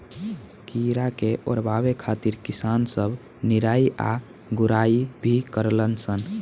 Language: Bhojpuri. कीड़ा के ओरवावे खातिर किसान सब निराई आ गुड़ाई भी करलन सन